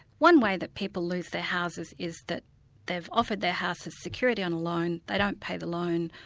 one way that people lose their houses is that they've offered their house as security on a loan, they don't pay the loan,